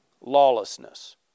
lawlessness